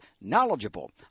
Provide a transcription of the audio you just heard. knowledgeable